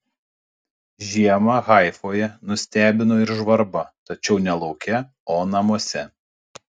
žiema haifoje nustebino ir žvarba tačiau ne lauke o namuose